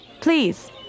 Please